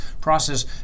process